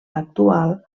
actual